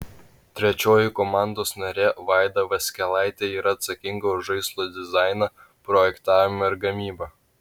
trečioji komandos narė vaida vaskelaitė yra atsakinga už žaislo dizainą projektavimą ir gamybą